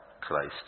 Christ